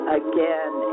again